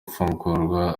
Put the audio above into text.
afungwa